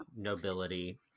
nobility